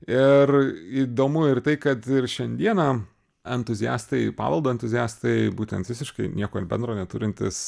ir įdomu ir tai kad ir šiandieną entuziastai paveldo entuziastai būtent visiškai nieko bendro neturintys